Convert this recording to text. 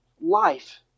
Life